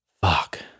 fuck